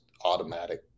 automatic